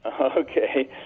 Okay